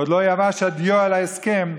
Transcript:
ועוד לא יבש הדיו על ההסכם,